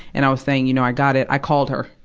and i was saying, you know, i got it, i called her,